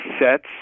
sets